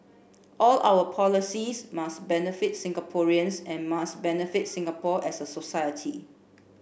all our policies must benefit Singaporeans and must benefit Singapore as a society